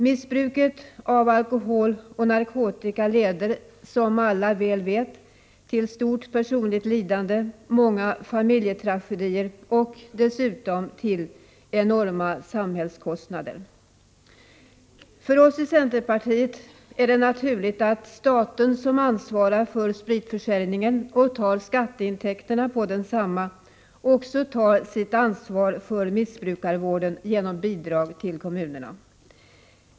Missbruket av alkohol och narkotika leder, som alla vet, till stort personligt lidande, många familjetragedier och dessutom enorma samhällskostnader. För oss i centerpartiet är det naturligt att staten, som ansvarar för spritförsäljningen och tar skatteintäkterna på densamma, också tar sitt ansvar för missbrukarvården genom bidrag till kommunerna.